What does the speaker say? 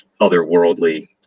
otherworldly